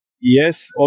Yes